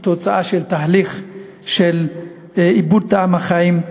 הוא תוצאה של תהליך של איבוד טעם החיים,